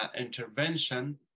intervention